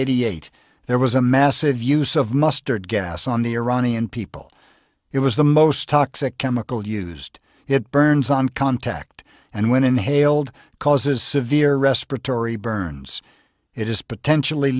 eighty eight there was a massive use of mustard gas on the iranian people it was the most toxic chemical used it burns on contact and when inhaled causes severe respiratory burns it is potentially